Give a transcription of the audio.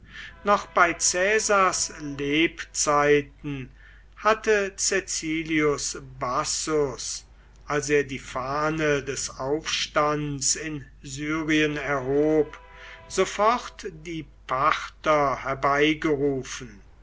noch bei caesars lebzeiten hatte caecilius bassus als er die fahne des aufstands in syrien erhob sofort die parther herbeigerufen